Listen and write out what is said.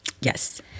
Yes